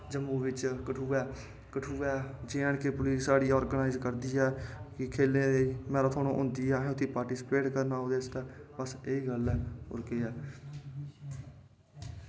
जम्मू बिच्च Kathua J and K पुलस साढ़ी आर्गनाईज़ करदी ऐ कि खेलें दी मैराथम होंदी ऐ उत्थै असें पाटिसिपेट करना ओह्दै आस्तै बस एह् गल्ल ऐ होर केह् ऐ